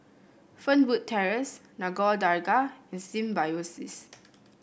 Fernwood Terrace Nagore Dargah and Symbiosis